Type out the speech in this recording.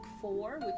four